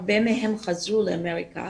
הרבה מהם חזרו לאמריקה